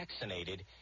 vaccinated